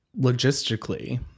logistically